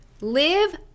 live